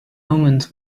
omens